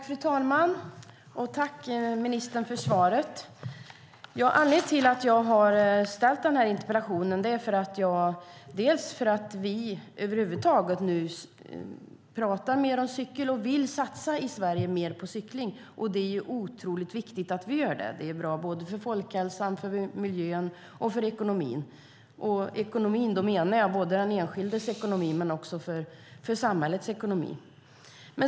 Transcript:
Fru talman! Jag tackar ministern för svaret. Anledningen till att jag har ställt den här interpellationen är dels för att vi över huvud taget nu talar mer om cykling, dels att vi vill satsa mer på cykling i Sverige, och det är otroligt viktigt att vi gör det. Det är bra för folkhälsan, för miljön och för ekonomin. Med ekonomin menar jag både den enskildes ekonomi och samhällets ekonomi.